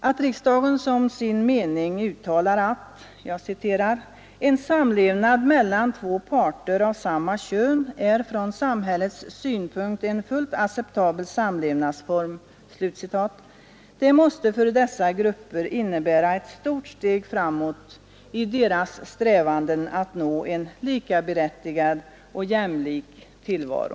Att riksdagen som sin mening uttalar att ”en samlevnad mellan två parter av samma kön är från samhällets synpunkt en fullt acceptabel samlevnadsform”, måste för dessa grupper innebära ett stort steg framåt i deras strävanden att nå en likaberättigad och jämlik tillvaro.